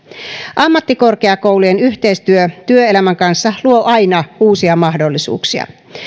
ammattikorkeakoulujen yhteistyö työelämän kanssa luo aina uusia mahdollisuuksia